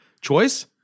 Choice